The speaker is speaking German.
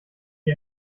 die